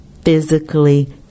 physically